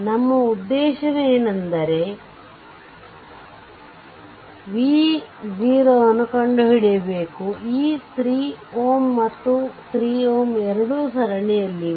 ನಮ್ಮ ಉದ್ದೇಶವೆಂದರೆ v 0ಕಂಡುಹಿಡಿಯಬೇಕಾಗಿದೆ ಈ 3 Ω ಮತ್ತು 3 Ω ಎರಡೂ ಸರಣಿಯಲ್ಲಿವೆ